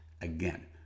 again